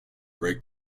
break